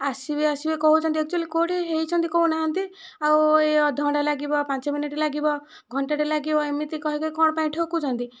ଆସିବେ ଆସିବେ କହୁଛନ୍ତି ଆକଚୋଲି କେଉଁଠି ହୋଇଛନ୍ତି କହୁନାହାନ୍ତି ଆଉ ଏଇ ଅଧଘଣ୍ଟା ଲାଗିବ ଆଉ ପାଞ୍ଚ ମିନିଟ୍ ଲାଗିବ ଘଣ୍ଟାଟିଏ ଲାଗିବ ଏମିତି କହିକି କ'ଣ ପାଇଁ ଠକୁଛନ୍ତି